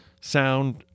sound